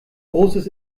großes